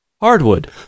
Hardwood